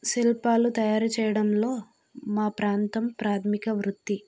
శిల్పాలు తయారు చేయడంలో మా ప్రాంతం ప్రాధమిక వృత్తి